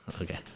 Okay